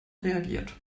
reagiert